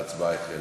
ההצבעה החלה.